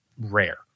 rare